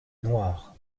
noires